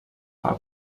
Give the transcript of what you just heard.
pel